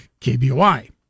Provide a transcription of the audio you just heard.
KBOI